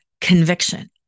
conviction